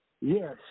Yes